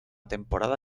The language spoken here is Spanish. temporada